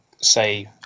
say